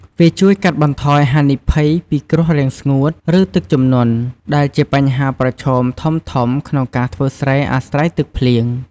វាជួយកាត់បន្ថយហានិភ័យពីគ្រោះរាំងស្ងួត ឬទឹកជំនន់ ដែលជាបញ្ហាប្រឈមធំៗក្នុងការធ្វើស្រែអាស្រ័យទឹកភ្លៀង។